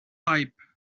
pipe